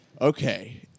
Okay